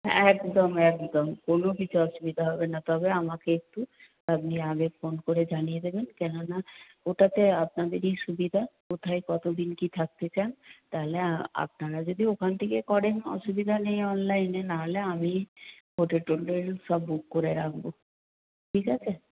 একদম একদম কোনো কিছু অসুবিধা হবে না তবে আমাকে একটু আপনি আগে ফোন করে জানিয়ে দেবেন কেন না ওটাতে আপনাদেরই সুবিধা কোথায় কত দিন কী থাকতে চান তাহলে আপনারা যদি ওখান থেকে করেন অসুবিধা নেই অনলাইনে না হলে আমি হোটেল টোটেল সব বুক করে রাখব ঠিক আছে